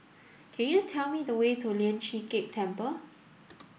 can you tell me the way to Lian Chee Kek Temple